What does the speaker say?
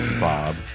Bob